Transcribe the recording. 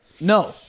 No